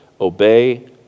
obey